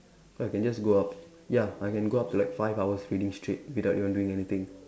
so I can just go up ya I can go up to like five hours reading straight without even doing anything